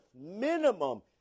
minimum